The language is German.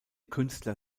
künstler